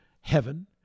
heaven